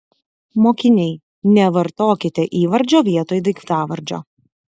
mokiniai nevartokite įvardžio vietoj daiktavardžio